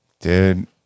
Dude